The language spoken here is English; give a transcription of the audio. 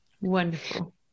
Wonderful